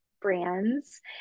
brands